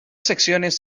secciones